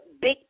big